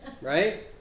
Right